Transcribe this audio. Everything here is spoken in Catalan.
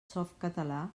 softcatalà